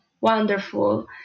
wonderful